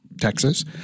Texas